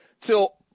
till